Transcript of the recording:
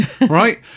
Right